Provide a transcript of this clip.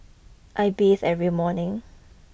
I bathe every morning